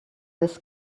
this